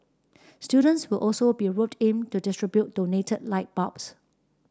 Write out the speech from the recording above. students will also be roped in to distribute donated light bulbs